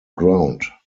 ground